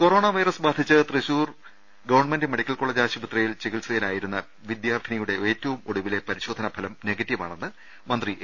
corona virus ബാധിച്ച് Thrissur government medical college ആശുപത്രിയിൽ ചികിത്സയിലായിരുന്ന വിദ്യാർഥിനിയുടെ ഏറ്റവും ഒടുവിലെ പരിശോധനാഫലം നെഗറ്റീവാണെന്ന് മന്ത്രി എ